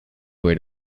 where